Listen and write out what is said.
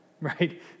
right